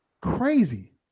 crazy